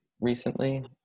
recently